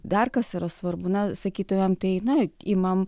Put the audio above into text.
dar kas yra svarbu na sakytumėm tai na imam